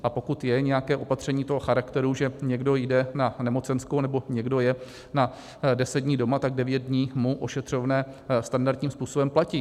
A pokud je nějaké opatření toho charakteru, že někdo jde na nemocenskou nebo někdo je na deset dní doma, tak devět dní mu ošetřovné standardním způsobem platí.